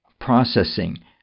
processing